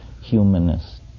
humanist